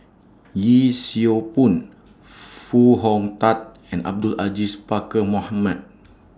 Yee Siew Pun Foo Hong Tatt and Abdul Aziz Pakkeer Mohamed